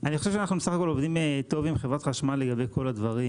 אני חושב שבסך הכול אנחנו עובדים טוב עם חברת החשמל לגבי כל הדברים.